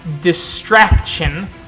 distraction